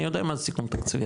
אני יודע מה זה סיכום תקציבי,